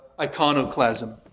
Iconoclasm